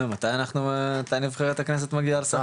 מתי נבחרת הכנסת מגיעה לשחק?